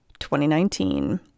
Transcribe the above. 2019